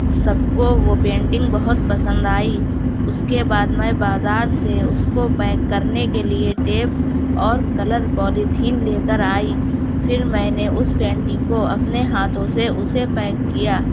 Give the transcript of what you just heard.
سب کو وہ پینٹنگ بہت پسند آئی اس کے بعد میں بازار سے اس کو پیک کرنے کے لیے ٹیپ اور کلر پولیتھین لے کر آئی پھر میں نے اس پینٹنگ کو اپنے ہاتھوں سے اسے پیک کیا